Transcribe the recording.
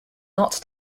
not